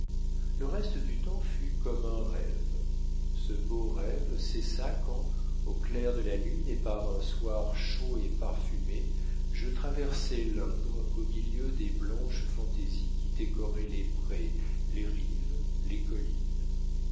le reste du temps fut comme un rêve ce beau rêve cessa quand au clair de la lune et par un soir chaud et parfumé je traversai l'indre au milieu des blanches fantaisies qui décoraient les prés les rives les collines